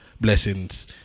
blessings